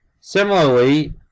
Similarly